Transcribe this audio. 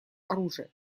оружия